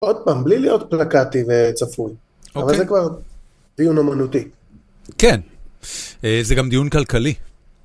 עוד פעם, בלי להיות פלקטי וצפוי. -אוקיי. -אבל זה כבר דיון אמנותי. -כן, זה גם דיון כלכלי.